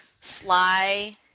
sly